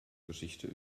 geschichte